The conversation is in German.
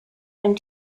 dem